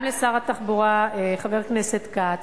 גם לשר התחבורה, חבר הכנסת כץ,